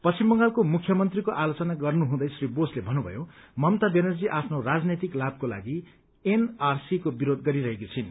पश्चिम बंगालका मुख्यमन्त्रीको आलोचना गर्नुहुँदै श्री बोसले भत्रुभयो ममता ब्यानर्जी आफ्नो राजनैतिक लाभको लागि एनआरसी को विरोध गरिरहेकी छिन्